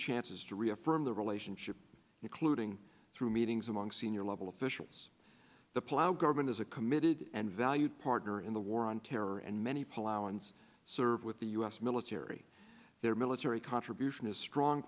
chances to reaffirm the relationship including through meetings among senior level officials the plow government is a committed and valued partner in the war on terror and many people our ends serve with the u s military their military contribution is strong